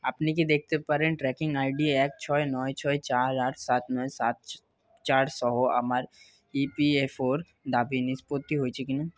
আপনি কি দেখতে পারেন ট্র্যাকিং আইডি এক ছয় নয় ছয় চার আট সাত নয় সাত চার সহ আমার ইপিএফওর দাবি নিষ্পত্তি হয়েছে কিনা